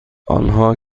آنها